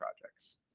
projects